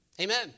Amen